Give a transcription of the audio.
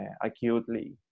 acutely